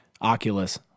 Oculus